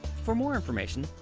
for more information,